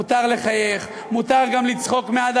מותר לחייך, מותר גם לצחוק מעט.